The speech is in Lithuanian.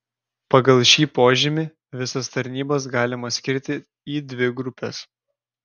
pagal šį požymį visas tarnybas galima skirti į dvi grupes